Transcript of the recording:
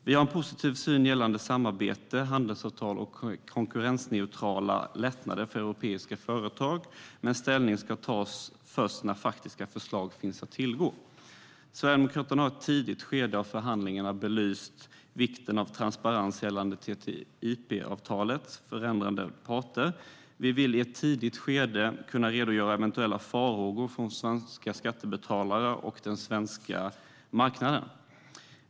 Vi har en positiv syn på samarbete, handelsavtal och konkurrensneutrala lättnader för europeiska företag, men vi tar ställning först när faktiska förslag finns att tillgå. Sverigedemokraterna har i ett tidigt skede av förhandlingarna belyst vikten av transparens gällande TTIP-avtalets förhandlande parter. Vi vill i ett tidigt skede kunna redovisa eventuella farhågor från svenska skattebetalare och den svenska marknaden.